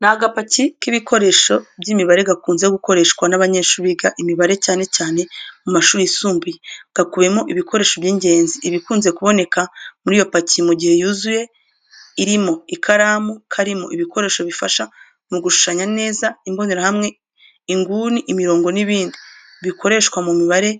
Ni agapaki k’ibikoresho by’imibare gakunze gukoreshwa n’abanyeshuri biga imibare cyane cyane mu mashuri yisumbuye. Gakubiyemo ibikoresho by’ingenzi. Ibikunze kuboneka muri iyo paki mu gihe yuzuye, irimo ikaramu. Karimo ibikoresho bifasha mu gushushanya neza imbonerahamwe, inguni, imirongo n’ibindi bikoreshwa mu mibare